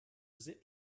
zip